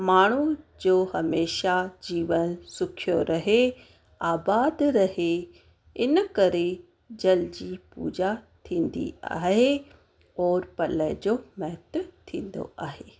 माण्हुनि जो हमेशा जीवन सुखियो रहे आबाद रहे इन करे जल जी पूॼा थींदी आहे और पल्ले जो महत्व थींदो आहे